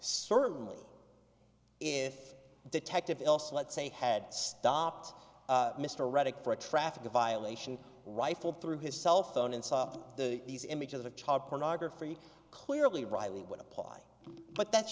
certainly if detective else let's say had stopped mr ruddock for a traffic violation rifled through his cell phone and saw the these images of child pornography clearly riley would apply but that's